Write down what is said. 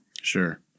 Sure